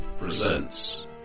presents